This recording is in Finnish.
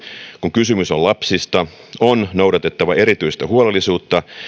kun kysymys on lapsista on noudatettava erityistä huolellisuutta